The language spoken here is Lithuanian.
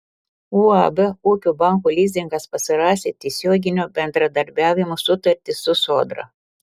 uab ūkio banko lizingas pasirašė tiesioginio bendradarbiavimo sutartį su sodra